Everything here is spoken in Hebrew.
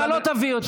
אתה לא תביא אותו.